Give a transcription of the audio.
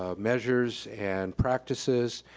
ah measures and practices.